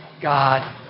God